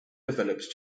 develops